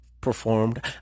performed